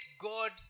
God